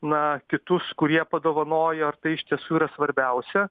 na kitus kurie padovanojo ar tai iš tiesų yra svarbiausia